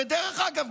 ודרך אגב,